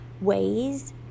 ways